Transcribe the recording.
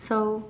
so